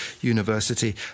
University